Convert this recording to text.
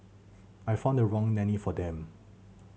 I found the wrong nanny for them